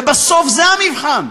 ובסוף זה המבחן,